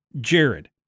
Jared